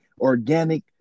organic